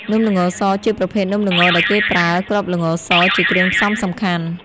នំល្ងសជាប្រភេទនំល្ងដែលគេប្រើ គ្រាប់ល្ងស ជាគ្រឿងផ្សំសំខាន់។